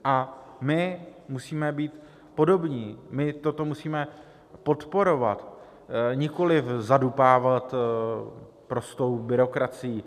A my musíme být podobní, my toto musíme podporovat, nikoliv zadupávat prostou byrokracií.